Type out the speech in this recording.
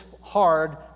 hard